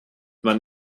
man